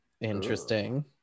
Interesting